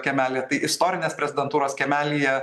kiemely istorinės prezidentūros kiemelyje